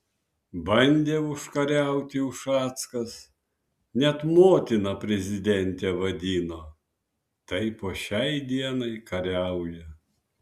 bandė užkariauti ušackas net motina prezidentę vadino tai po šiai dienai kariauja